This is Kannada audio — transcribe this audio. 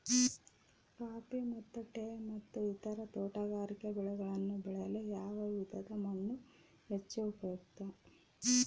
ಕಾಫಿ ಮತ್ತು ಟೇ ಮತ್ತು ಇತರ ತೋಟಗಾರಿಕೆ ಬೆಳೆಗಳನ್ನು ಬೆಳೆಯಲು ಯಾವ ವಿಧದ ಮಣ್ಣು ಹೆಚ್ಚು ಉಪಯುಕ್ತ?